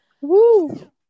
Woo